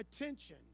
attention